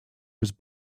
was